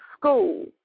school